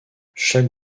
chaque